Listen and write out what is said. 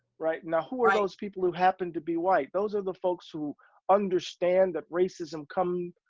right? and who are those people who happen to be white? those are the folks who understand that racism come,